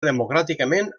democràticament